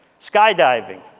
skydiving.